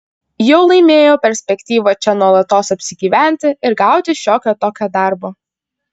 jau laimėjau perspektyvą čia nuolatos apsigyventi ir gauti šiokio tokio darbo